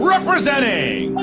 representing